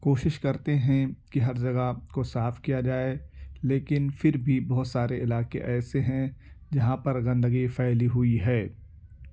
کوشش کرتے ہیں کہ ہر جگہ کو صاف کیا جائے لیکن پھر بھی بہت سارے علاقے ایسے ہیں جہاں پر گندگی پھیلی ہوئی ہے